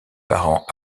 parents